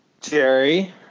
Jerry